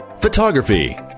photography